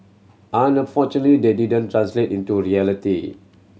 unfortunately they didn't translate into reality